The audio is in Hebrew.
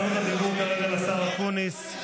זכות הדיבור כרגע לשר אופיר אקוניס.